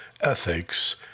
ethics